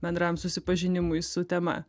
bendram susipažinimui su tema